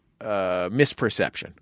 misperception